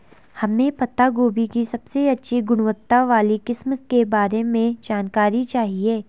हमें पत्ता गोभी की सबसे अच्छी गुणवत्ता वाली किस्म के बारे में जानकारी चाहिए?